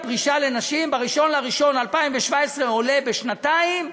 ב-1 בינואר 2017 עולה גיל הפרישה לנשים בשנתיים,